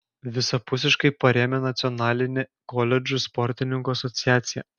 visapusiškai parėmė nacionalinė koledžų sportininkų asociacija